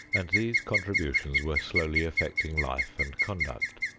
and these contributions were slowly affecting life and conduct.